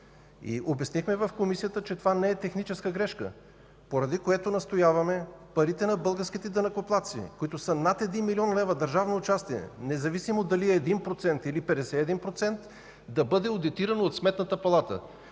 Обяснихме в Комисията, че това не е техническа грешка, поради което настояваме парите на българските данъкоплатци, които са над 1 млн. лв. държавно участие, независимо дали е 1% или 51%, да бъдат одитирани от Сметната палата.